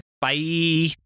Bye